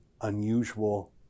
unusual